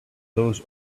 those